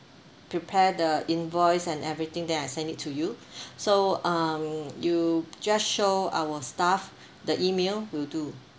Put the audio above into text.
prepare the invoice and everything then I send it to you so um you just show our staff the email will do